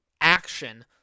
action